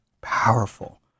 powerful